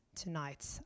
tonight